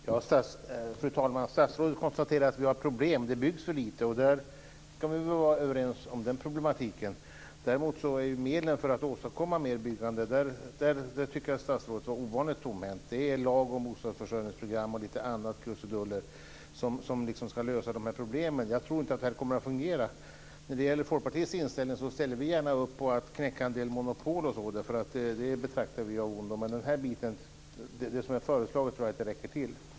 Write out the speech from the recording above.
Fru talman! Statsrådet konstaterar att vi har problem. Det byggs för lite. Den problematiken kan vi väl vara överens om. Däremot tycker jag att statsrådet var ovanligt tomhänt när det gällde medlen för att åstadkomma mer byggande. Det är en lag om bostadsförsörjningsprogram och några andra krusiduller som ska lösa de här problemen. Jag tror inte att det kommer att fungera. När det gäller Folkpartiets inställning kan jag tala om att vi gärna ställer upp på att knäcka en del monopol. De anser vi är av ondo. Men det som är föreslaget tror jag inte räcker till.